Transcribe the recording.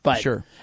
Sure